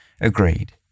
agreed